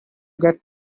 get